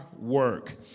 work